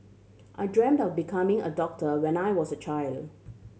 I dreamt of becoming a doctor when I was a child